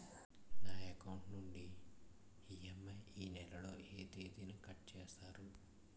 నా అకౌంట్ నుండి ఇ.ఎం.ఐ నెల లో ఏ తేదీన కట్ చేస్తారు?